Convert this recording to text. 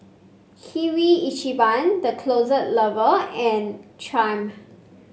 Kirin Ichiban The Closet Lover and Triumph